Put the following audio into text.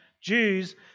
Jews